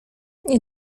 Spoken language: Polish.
nie